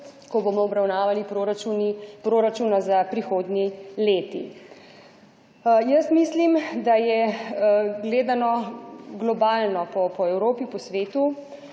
ko bomo obravnavali proračun proračuna za prihodnji leti. Jaz mislim, da je gledano globalno po Evropi, po svetu,